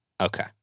okay